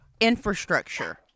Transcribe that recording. infrastructure